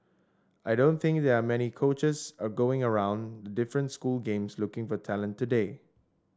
I don't think there are many coaches are going around the different school games looking for talent today